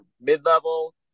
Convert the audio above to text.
mid-level